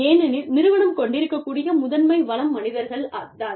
ஏனெனில் நிறுவனம் கொண்டிருக்கக் கூடிய முதன்மை வளம் மனிதர்கள் தான்